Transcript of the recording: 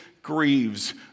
grieves